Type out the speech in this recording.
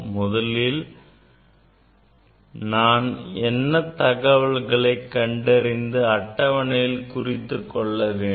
முதலில் நான் என்ன தகவல்களை கண்டறிந்து அட்டவணையில் குறித்துக்கொள்ள வேண்டும்